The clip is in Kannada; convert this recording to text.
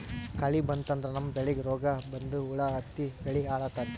ಕಳಿ ಬಂತಂದ್ರ ನಮ್ಮ್ ಬೆಳಿಗ್ ರೋಗ್ ಬಂದು ಹುಳಾ ಹತ್ತಿ ಬೆಳಿ ಹಾಳಾತದ್